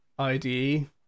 IDE